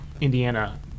Indiana